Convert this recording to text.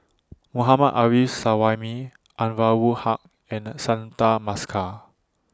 Mohammad Arif Suhaimi Anwarul Ha and Santha Bhaskar